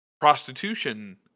prostitution